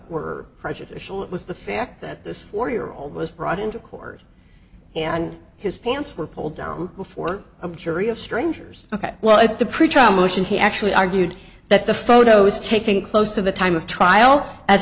were prejudicial it was the fact that this four year old was brought into court and his pants were pulled down before a jury of strangers ok well at the pretrial motion he actually argued that the photos taken close to the time of trial as